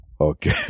Okay